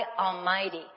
Almighty